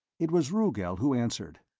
it was rugel who answered.